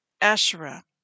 Asherah